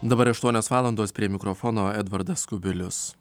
dabar aštuonios valandos prie mikrofono edvardas kubilius